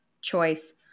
choice